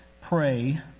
pray